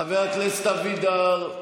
חבר הכנסת אבידר,